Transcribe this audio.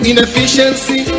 Inefficiency